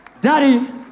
Daddy